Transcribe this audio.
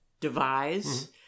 devise